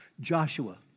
Joshua